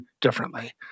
differently